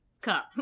cup